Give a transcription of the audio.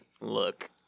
Look